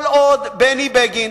כל עוד בני בגין